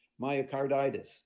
myocarditis